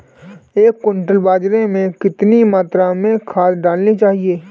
एक क्विंटल बाजरे में कितनी मात्रा में खाद डालनी चाहिए?